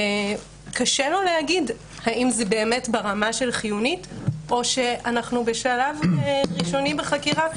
קשה לו להגיד האם זה באמת ברמה חיונית או שאנחנו בשלב ראשוני בחקירה,